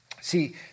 See